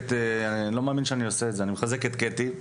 ואני לא מאמין שאני עושה את זה - לחזק את קטי.